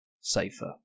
safer